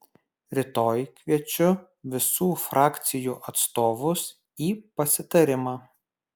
rytoj kviečiu visų frakcijų atstovus į pasitarimą